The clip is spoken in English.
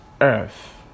earth